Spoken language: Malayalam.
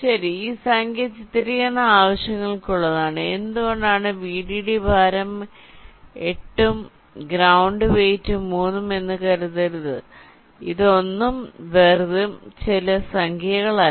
ശരി ഈ സംഖ്യ ചിത്രീകരണ ആവശ്യങ്ങൾക്കുള്ളതാണ് എന്തുകൊണ്ടാണ് Vdd ഭാരം 8 ഉം ഗ്രൌണ്ട് വെയ്റ്റ് 3 ഉം എന്ന്കരുതരുത് ഇതൊന്നും വെറും ചില സംഖ്യകളല്ല